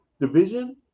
division